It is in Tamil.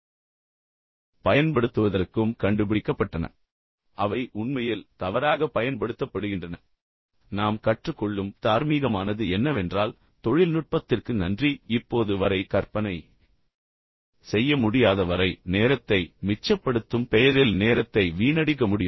ஆனால் அவை உண்மையில் தவறாகப் பயன்படுத்தப்படுகின்றன அல்லது அவை ஒழுங்காகவும் திறமையாகவும் பயன்படுத்தப்படுவதில்லை என்பதைப் புரிந்துகொள்ளும்போது நாம் கற்றுக் கொள்ளும் தார்மீகமானது என்னவென்றால் தொழில்நுட்பத்திற்கு நன்றி இப்போது வரை கற்பனை செய்ய முடியாத வரை நேரத்தை மிச்சப்படுத்தும் பெயரில் நேரத்தை வீணடிக்க முடியும்